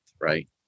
right